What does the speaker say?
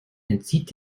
entzieht